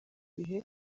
bihe